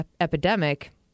Epidemic